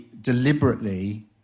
deliberately